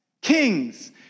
kings